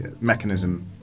mechanism